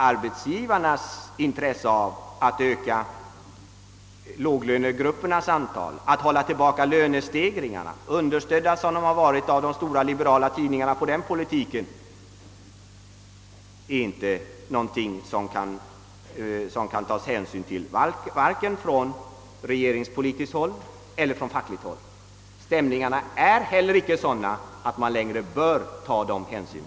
Arbetsgivarnas intresse av att öka låglönegruppernas antal, att hålla tillbaka lönestegringarna — understödda som de härvidlag har varit av de stora liberala tidningarna — kan det inte tas någon hänsyn till vare sig från regeringseller fackligt håll. Stämningarna är inte heller sådana, att man längre behöver ta dessa hänsyn.